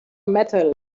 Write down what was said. metal